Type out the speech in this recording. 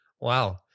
Wow